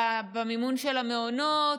במימון של המעונות,